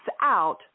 out